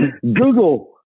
Google